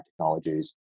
Technologies